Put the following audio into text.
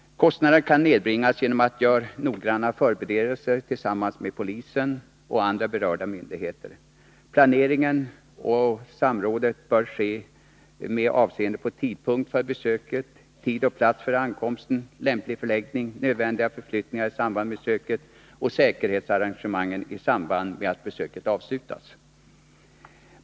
Kostnaderna kan nedbringas genom att man gör noggranna förberedelser tillsammans med polisen och andra berörda myndigheter. Planeringen och samrådet bör ske med avseende på tidpunkten för besöket, tid och plats för ankomsten, lämplig förläggning, nödvändiga förflyttningar i samband med besöket samt säkerhetsarrangemangen i samband med att besöket avslutas.